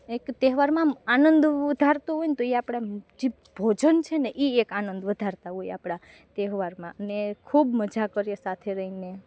એક તહેવારમાં આનંદ વધારતો હોયન્ તો એ આપણા જે ભોજન છે ને એ એક આનંદ વધારતા હોય આપણા તહેવારમાં અને ખૂબ મજા કરીએ સાથે રહીને